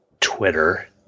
twitter